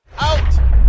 Out